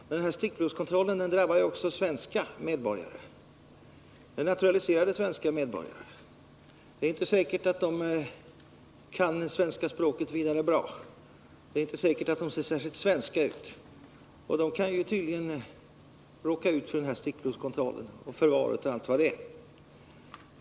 Men den här stickprovskontrollen drabbar ju också naturaliserade svenska medborgare. Det är inte säkert att de kan svenska språket något vidare bra, och det är inte säkert att de ser särskilt svenska ut. De kan tydligen råka ut för stickprovskontroll, förvar och allt vad det är.